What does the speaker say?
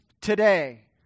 today